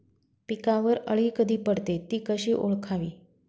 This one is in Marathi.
पिकावर अळी कधी पडते, ति कशी ओळखावी?